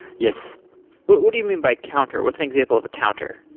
yes what what do you mean by counter? what's an example of a counter?